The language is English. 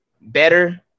better